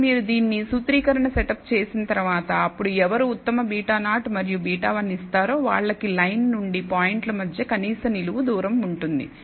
ఇప్పుడు మీరు దీన్ని సూత్రీకరణ సెటప్ చేసిన తర్వాత అప్పుడు ఎవరు ఉత్తమ β0 మరియు β1 ఇస్తారో వాళ్లకి లైన్ నుండి పాయింట్ల మధ్య కనీస నిలువు దూరం ఉంటుంది